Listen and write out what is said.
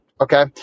Okay